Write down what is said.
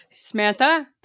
Samantha